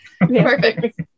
Perfect